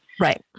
Right